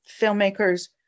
filmmakers